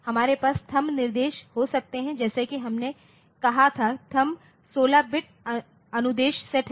हमारे पास थंब निर्देश हो सकते हैं जैसा कि हमने कहा कि थंब 16 बिट अनुदेश सेट है